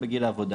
בגיל העבודה.